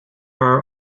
are